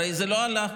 הרי זה לא עלה.